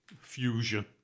fusion